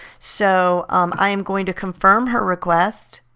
so um i am going to confirm her request.